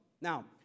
Now